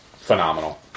phenomenal